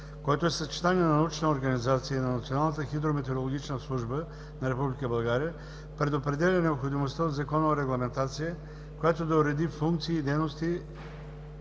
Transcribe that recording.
който е съчетание на научна организация и на Националната хидрометеорологична служба на Република България, предопределя необходимостта от законова регламентация, която да уреди функции и дейности,